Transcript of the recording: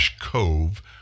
cove